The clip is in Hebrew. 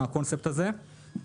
הקונצפט הזה הוא כבר בן עשור.